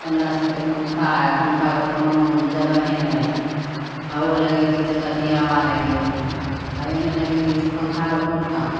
पनरह सओके पन्खा आओर पन्खाके कोनो जगहे नहि रहलै हवो लगेतहुँ तऽ कहतिए हवा लगेलिए पन्खाके हवे नहि लगेलिए तऽ पन्खाके कोन काम